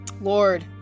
Lord